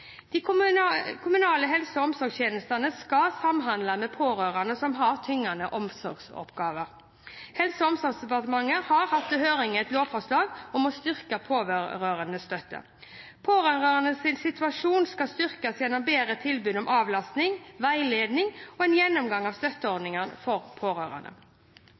familievern. De kommunale helse- og omsorgstjenestene skal samhandle med pårørende som har tyngende omsorgsoppgaver. Helse- og omsorgsdepartementet har hatt til høring et lovforslag om styrket pårørendestøtte. Pårørendes situasjon skal styrkes gjennom bedre tilbud om avlastning, veiledning og en gjennomgang av støtteordningene for pårørende.